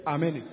Amen